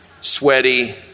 sweaty